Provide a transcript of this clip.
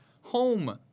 home